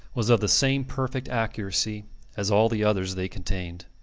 was of the same perfect accuracy as all the others they contained.